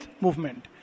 movement